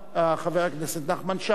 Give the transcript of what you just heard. חבר הכנסת נחמן שי.